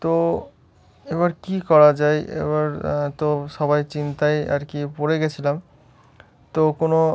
তো এবার কী করা যায় এবার তো সবাই চিন্তায় আর কি পড়ে গেছিলাম তো কোনো